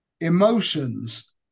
emotions